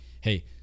hey